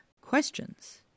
Questions